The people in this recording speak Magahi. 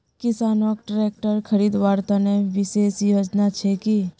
किसानोक ट्रेक्टर खरीदवार तने विशेष योजना छे कि?